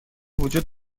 وجود